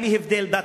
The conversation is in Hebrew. בלי הבדל דת,